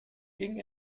ging